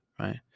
right